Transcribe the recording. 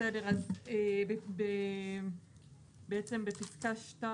תיקון אחד הוא בפסקה (2)